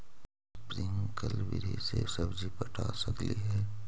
Sprinkle विधि से सब्जी पटा सकली हे?